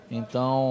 então